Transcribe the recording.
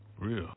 Real